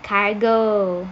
cargo